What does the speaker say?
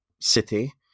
city